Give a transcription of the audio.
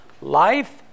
Life